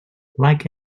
like